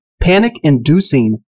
panic-inducing